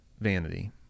vanity